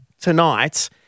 tonight